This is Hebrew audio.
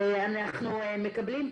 ואנחנו מקבלים,